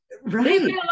Right